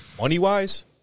Money-wise